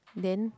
then